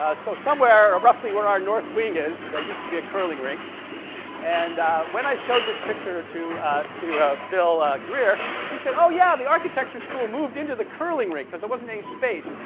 ah so somewhere roughly where our north wing is, that used to be a curling rink and when i showed this picture to to ah bill greer he said, oh yeah the architecture school moved into the curling rink because there wasn't any space,